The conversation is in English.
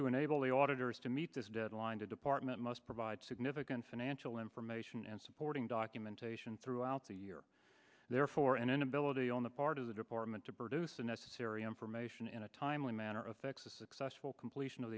to enable the auditor's to meet this deadline to department must provide significant financial information and supporting documentation throughout the year therefore an inability on the part of the department to produce the necessary information in a timely manner of texas successful completion of